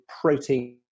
protein